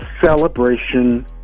celebration